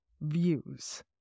views